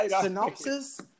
synopsis